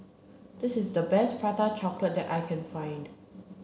this is the best prata chocolate that I can find